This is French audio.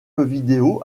vidéo